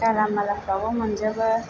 गालामालाफ्रावबो मोनजोबो